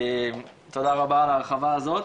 תודה רבה על ההרחבה הזאת.